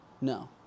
No